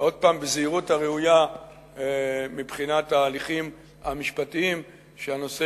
אני אציע בזהירות הראויה מבחינת ההליכים המשפטיים שהנושא